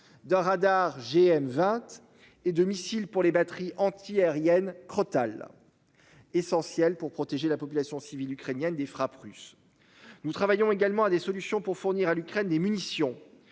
D'un radar GM 20 et de missiles pour les batteries anti-aériennes Crotale. Essentielle pour protéger la population civile ukrainienne. Des frappes russes. Nous travaillons également à des solutions pour fournir à l'Ukraine des munitions